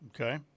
Okay